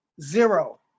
zero